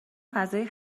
فضای